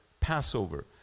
Passover